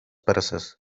perses